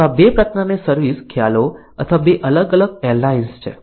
તો આ 2 પ્રકારની સર્વિસ ખ્યાલો અથવા 2 અલગ અલગ એરલાઇન્સ છે